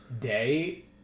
Day